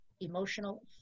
emotional